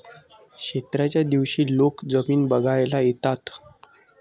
क्षेत्राच्या दिवशी लोक जमीन बघायला येतात